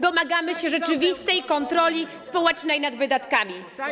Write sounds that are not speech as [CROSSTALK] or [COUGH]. Domagamy się [NOISE] rzeczywistej kontroli społecznej nad wydatkami.